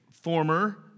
former